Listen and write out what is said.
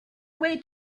away